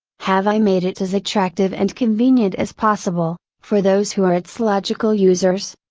have i made it as attractive and convenient as possible, for those who are its logical users?